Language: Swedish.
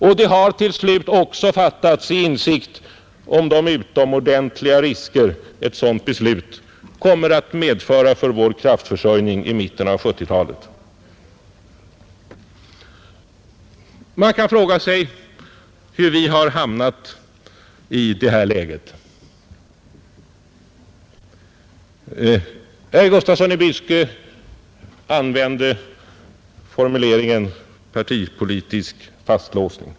Och det har till slut också fattats i insikt om de utomordentliga risker ett sådant beslut kommer att medföra för vår kraftförsörjning i mitten av 1970-talet. Man kan fråga sig hur vi har hamnat i detta läge. Herr Gustafsson i Byske använde formuleringen partipolitisk fastlåsning.